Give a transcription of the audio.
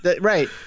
Right